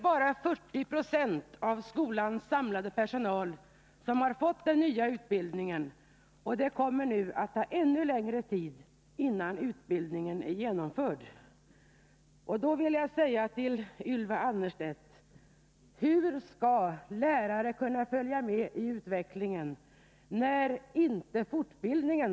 Bara 40 96 av skolans samlade personal har fått den nya utbildningen, och det kommer nu att ta ännu längre tid innan utbildningen är genomförd. Jag vill säga till Ylva Annerstedt: Hur skall lärare kunna följa med i Nr 46 utvecklingen, när det inte satsas på fortbildningen?